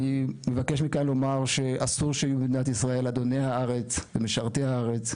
אני אבקש מכאן לומר שאסור שיהיו במדינת ישראל אדוני הארץ ומשרתי הארץ.